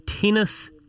tennis